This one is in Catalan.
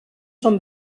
són